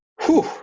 Whew